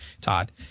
Todd